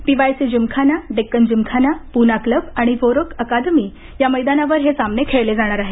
P Y C Gymkhana Deccan Gymkhana Poona club आणि Verroc academy या मैदानावर हे सामने खेळले जाणार आहेत